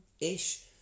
ish